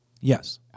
Yes